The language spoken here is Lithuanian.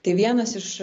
tai vienas iš